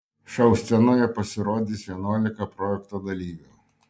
šou scenoje pasirodys vienuolika projekto dalyvių